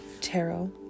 tarot